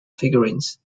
figurines